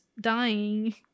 dying